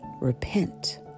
repent